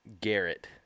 garrett